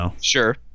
Sure